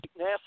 NASA